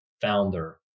founder